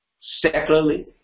secularly